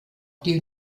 die